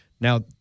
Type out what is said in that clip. Now –